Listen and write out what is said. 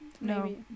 no